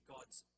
God's